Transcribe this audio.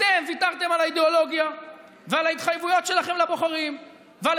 אתם ויתרתם על האידיאולוגיה ועל ההתחייבויות שלכם לבוחרים ועל